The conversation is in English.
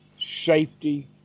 safety